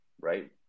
Right